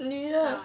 女的